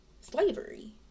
slavery